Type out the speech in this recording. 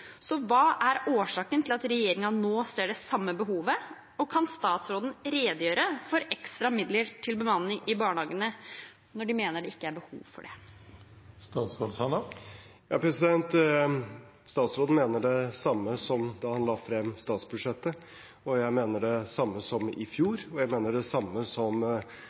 Så hva er årsaken til at regjeringen nå ser det samme behovet, og kan statsråden redegjøre for ekstra midler til bemanning i barnehagene når de mener det ikke er behov for det? Statsråden mener det samme som da han la frem statsbudsjettet, jeg mener det samme som i fjor, og jeg mener det samme som